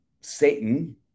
Satan